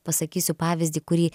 pasakysiu pavyzdį kurį